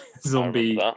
zombie